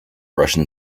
russian